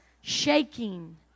shaking